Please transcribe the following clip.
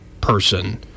person